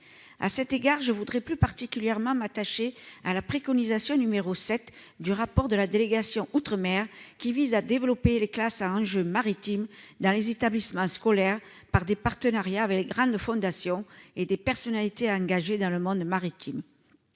à cet égard je voudrais plus particulièrement m'attacher à la préconisation numéro 7 du rapport de la délégation outre-mer qui vise à développer les classes à enjeux maritimes dans les établissements scolaires par des partenariats avec les grandes fondations et des personnalités engagées dans le monde maritime,